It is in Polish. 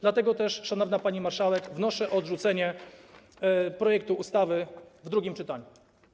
Dlatego też, szanowna pani marszałek, wnoszę o odrzucenie projektu ustawy w drugim czytaniu.